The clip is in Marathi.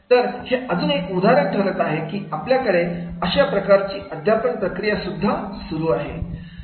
तर हे अजुन एक उदाहरण ठरत आहे की आपल्याकडे अशाप्रकारची अध्यापन प्रक्रिया सुद्धा आहे